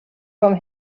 from